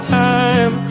time